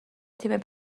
تیم